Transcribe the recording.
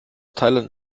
thailand